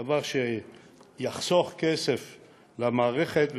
דבר שיחסוך כסף למערכת,